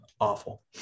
Awful